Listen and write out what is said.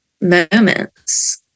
moments